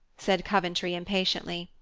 said coventry impatiently.